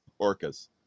orcas